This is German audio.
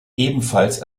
ebenfalls